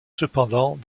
cependant